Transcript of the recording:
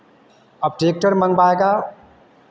अब ट्रैक्टर मंगवाएगा